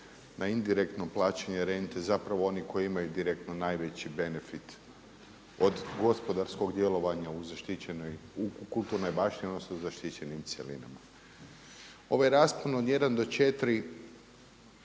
na indirektno plaćanje rente zapravo oni koji imaju direktno najveći benefit od gospodarskog djelovanja u kulturnoj baštini, odnosno zaštićenim cjelinama. Ovaj raspon od 1 do 4